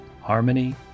harmony